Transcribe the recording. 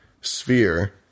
sphere